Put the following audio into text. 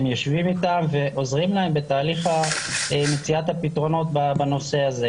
הם יושבים איתם ועוזרים להם בתהליך מציאת הפתרונות בנושא הזה.